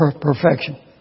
perfection